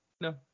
no